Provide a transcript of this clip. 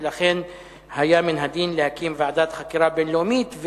ולכן היה מן הדין להקים ועדת חקירה בין-לאומית,